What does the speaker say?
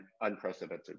unprecedented